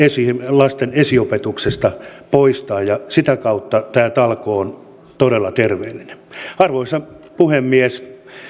lasten esiopetuksesta poistaa sitä kautta tämä talkoo on todella terveellinen arvoisa puhemies